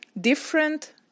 different